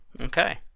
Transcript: Okay